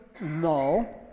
No